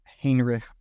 Heinrich